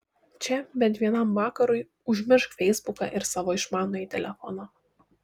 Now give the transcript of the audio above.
čia bent vienam vakarui užmiršk feisbuką ir savo išmanųjį telefoną